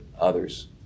others